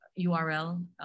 URL